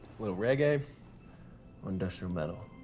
little reggae or industrial metal?